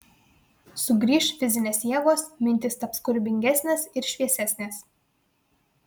sugrįš fizinės jėgos mintys taps kūrybingesnės ir šviesesnės